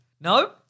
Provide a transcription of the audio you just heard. No